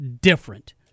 different